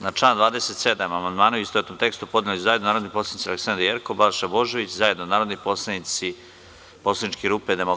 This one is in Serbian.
Na član 27. amandmane u istovetnom tekstu podneli su zajedno narodni poslanici Aleksandra Jerkov, Balša Božović, zajedno narodni poslanici poslaničke grupe DS.